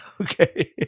okay